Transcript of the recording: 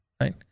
right